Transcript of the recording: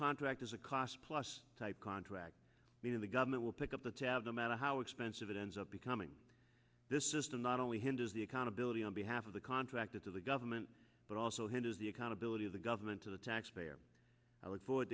cost plus type contract meaning the government will pick up the tab no matter how expensive it ends up becoming this system not only hinges the accountability on behalf of the contractor to the government but also hinders the accountability of the government to the taxpayer i look forward